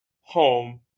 home